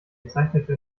bezeichnete